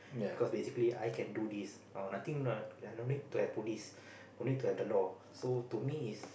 because basically I can do this oh nothing no need to have police no need to have the law so to me is